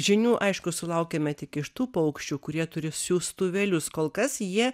žinių aišku sulaukiame tik iš tų paukščių kurie turi siųstuvėlius kol kas jie